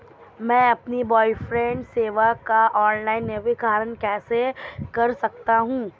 मैं अपनी ब्रॉडबैंड सेवा का ऑनलाइन नवीनीकरण कैसे कर सकता हूं?